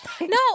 no